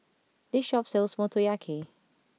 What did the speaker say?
this shop sells Motoyaki